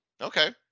Okay